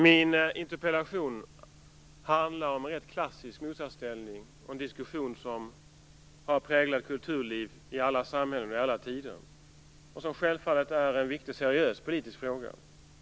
Min interpellation handlar om en rätt klassisk motsatsställning och en diskussion som har präglat kulturliv i alla samhällen och i alla tider. Det är självfallet en viktig och seriös politisk fråga.